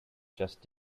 just